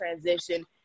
transition